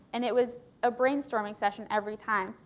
and it was a brainstorming session every time.